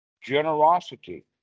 Generosity